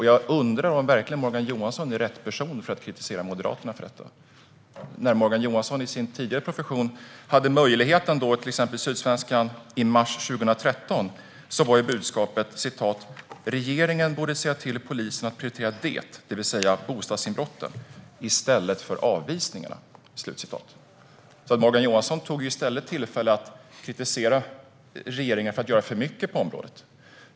Jag undrar om Morgan Johansson verkligen är rätt person att kritisera Moderaterna för detta. Morgan Johansson framförde i sin tidigare profession enligt Sydsvenskan i mars 2013 budskapet: Regeringen borde säga till polisen att prioritera det - det vill säga bostadsinbrotten - i stället för avvisningarna. Morgan Johansson tog i stället tillfället att kritisera regeringen för att göra för mycket på området.